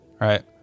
Right